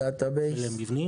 ל-Database.